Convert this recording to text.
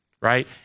right